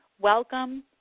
welcome